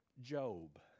Job